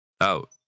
out